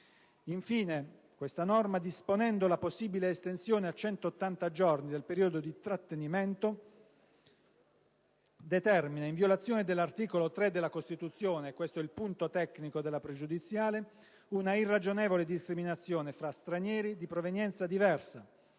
Infine, questa norma, disponendo la possibile estensione a centottanta giorni del periodo di trattenimento, determina, in violazione dell'articolo 3 della Costituzione (questo è il punto tecnico della questione pregiudiziale), una irragionevole discriminazione fra stranieri di provenienza diversa,